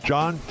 John